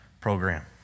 program